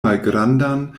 malgrandan